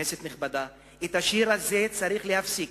כנסת נכבדה, את השיר הזה צריך להפסיק,